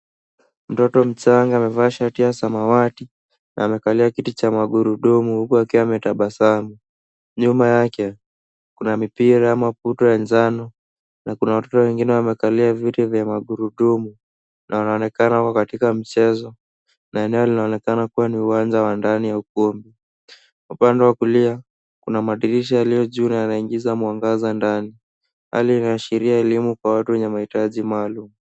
Mtoto mchanga amevaa shati ya samawati na amekalia kiti cha magurudumu huku akiwa ametabasamu. Nyuma yake kuna mipira, maputo ya njano na kuna watoto wengine wamekalia viti vya magurudumu na wanaonekana wako katika mchezo na eneo linaonekana kuwa ni uwanja wa ndani wa ukumbi. Upande wa kulia kuna madirisha yaliyojuu na yanaingiza mwangaza ndani hali inayoashiria elimu kwa watu wenye mahitaji maalum.